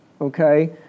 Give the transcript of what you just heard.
okay